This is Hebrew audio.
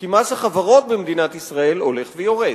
כי מס החברות במדינת ישראל הולך ויורד.